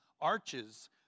arches